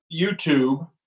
YouTube